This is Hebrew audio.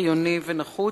חיוני ונחוץ,